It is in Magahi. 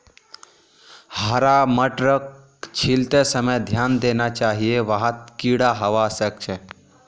हरा मटरक छीलते समय ध्यान देना चाहिए वहात् कीडा हवा सक छे